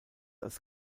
als